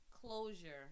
Closure